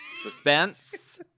Suspense